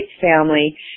family